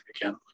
again